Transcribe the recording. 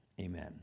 amen